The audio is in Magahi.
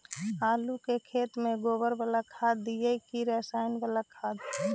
आलू के खेत में गोबर बाला खाद दियै की रसायन बाला खाद?